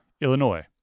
Illinois